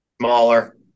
Smaller